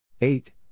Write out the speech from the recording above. eight